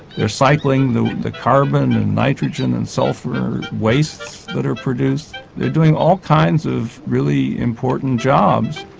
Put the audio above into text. they are cycling the the carbon and nitrogen and sulphur wastes that are produced they are doing all kinds of really important jobs.